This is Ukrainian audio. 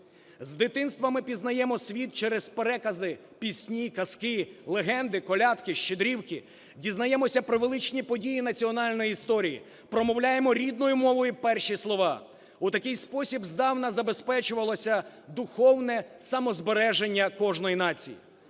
З дитинства ми пізнаємо світ через перекази, пісні, казки, легенди, колядки, щедрівки, дізнаємося про величні події національної історії, промовляємо рідною мовою перші слова. У такий спосіб здавна забезпечувалося духовне самозбереження кожної нації.